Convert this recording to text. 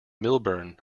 millburn